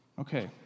Okay